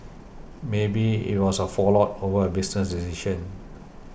maybe it was a fallout over a business decision